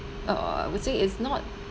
uh I would say is not